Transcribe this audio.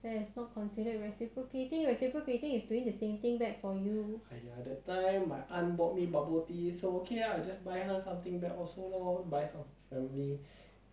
I cannot resonate with you to me I would like to save money because next time when I need to buy